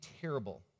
terrible